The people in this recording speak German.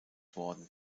worden